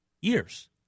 years